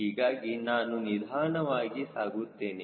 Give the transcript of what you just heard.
ಹೀಗಾಗಿ ನಾನು ನಿಧಾನವಾಗಿ ಸಾಗುತ್ತೇನೆ